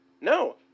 No